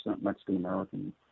Mexican-American